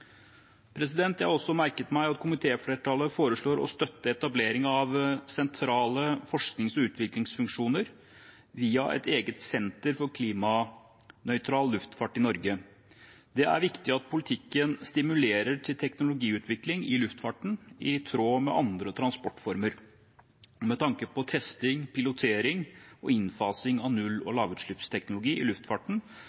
Jeg har også merket meg at komitéflertallet foreslår å støtte etablering av sentrale forsknings- og utviklingsfunksjoner via et eget senter for klimanøytral luftfart i Norge. Det er viktig at politikken stimulerer til teknologiutvikling i luftfarten – i tråd med andre transportformer. Med tanke på testing, pilotering og innfasing av null- og